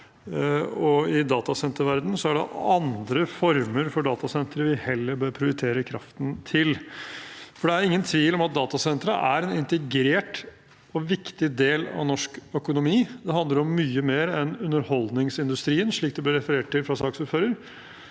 i datasenterverdenen er det andre former for datasentre vi heller bør prioritere kraften til. Det er ingen tvil om at datasentre er en integrert og viktig del av norsk økonomi. Det handler om mye mer enn underholdningsindustrien, slik det ble referert til fra saksordføreren.